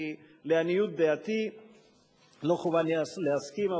כי לעניות דעתי לא חובה להסכים,